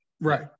right